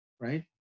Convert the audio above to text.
right